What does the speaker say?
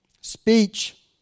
Speech